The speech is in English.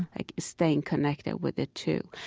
like staying connected with the two.